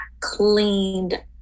cleaned